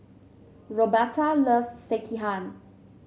Roberta loves Sekihan